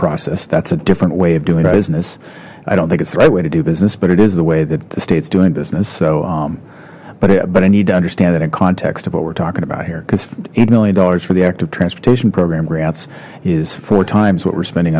process that's a different way of doing business i don't think it's the right way to do business but it is the way that the state's doing business so but but i need to understand that in context of what we're talking about here because eight million dollars for the active transportation program grants is four times what we're spending